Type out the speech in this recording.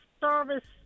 service